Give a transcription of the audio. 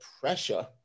pressure